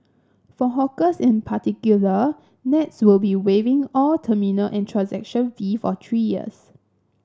for hawkers in particular Nets will be waiving all terminal and transaction fee for three years